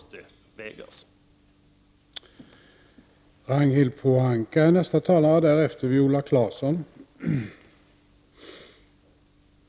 Det är argumentens kvalitet, inte vilka som framför dem, som man skall se till.